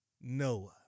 Noah